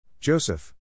Joseph